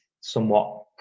somewhat